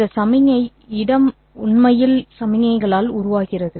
இந்த சமிக்ஞை இடம் உண்மையில் சமிக்ஞைகளால் உருவாகிறது